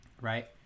right